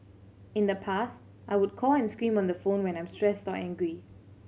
in the past I would call and scream on the phone when I'm stressed or angry